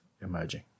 emerging